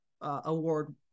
award